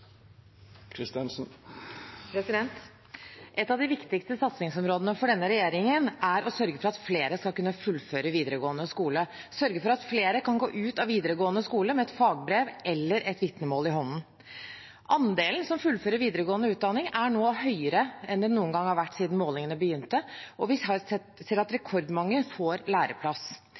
Et av de viktigste satsingsområdene for denne regjeringen er å sørge for at flere skal kunne fullføre videregående skole, sørge for at flere kan gå ut av videregående skole med et fagbrev eller et vitnemål i hånden. Andelen som fullfører videregående utdanning, er nå større enn den noen gang har vært siden målingene begynte, og vi ser at rekordmange får læreplass.